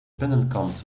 binnenkant